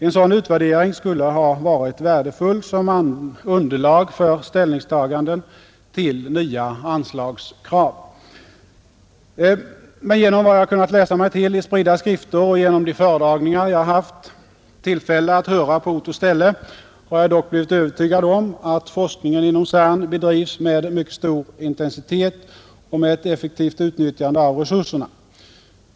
En sådan utvärdering skulle ha varit värdefull som underlag för ställningstaganden till nya anslagskrav. Genom vad jag kunnat läsa mig till i spridda skrifter och genom de föredragningar jag har haft tillfälle att höra på ort och ställe har jag dock blivit övertygad om att forskningen inom CERN drivs med mycket stor intensitet och med ett effektivt utnyttjande av resurserna.